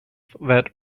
that